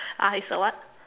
uh it's a what